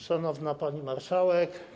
Szanowna Pani Marszałek!